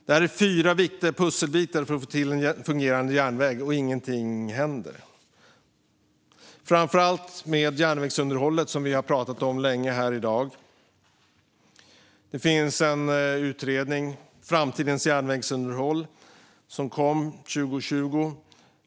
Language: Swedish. Detta är fyra viktiga pusselbitar för att få till en fungerande järnväg. Men ingenting händer - framför allt inte med järnvägsunderhållet, som vi har pratat om länge här i dag. Det finns en utredning, Framtidens järnvägsunderhåll , som kom 2020.